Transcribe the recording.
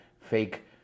fake